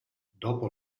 dopo